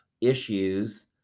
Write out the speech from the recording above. issues